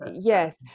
yes